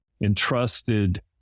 entrusted